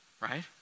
right